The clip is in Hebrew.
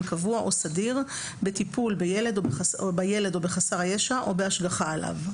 קבוע או סדיר בטיפול בילד או בחסר הישע או בהשגחה עליו.